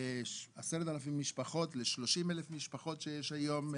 מ-10,000 משפחות ל-30,000 משפחות שיש היום,